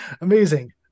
amazing